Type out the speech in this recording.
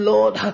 Lord